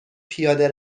پیاده